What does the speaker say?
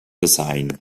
design